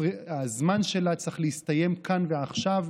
הזמן שלה צריך להסתיים כאן ועכשיו.